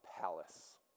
palace